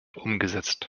umgesetzt